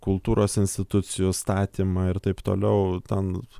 kultūros institucijų statymą ir taip toliau ten